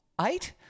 Eight